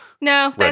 No